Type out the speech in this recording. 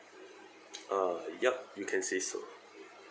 uh yup you can say so